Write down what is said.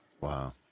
Wow